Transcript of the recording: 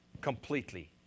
completely